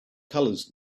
colors